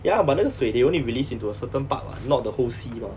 ya but 那个水 they only release into a certain park [what] not the whole sea mah